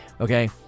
Okay